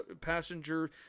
passenger